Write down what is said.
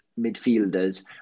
midfielders